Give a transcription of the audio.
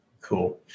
Cool